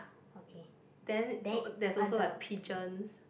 then oh there's also like piegeons